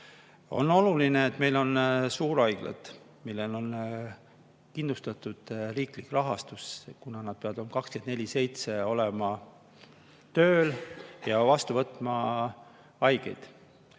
On oluline, et meil on suurhaiglad, millel on kindlustatud riiklik rahastus, kuna nad peavad 24/7 olema tööl ja vastu võtma haigeid.